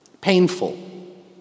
Painful